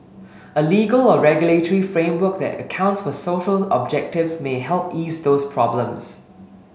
a legal or regulatory framework that accounts for social objectives may help ease those problems